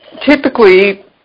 typically